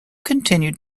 continued